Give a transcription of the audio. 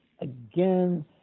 again